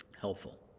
helpful